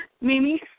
Mimi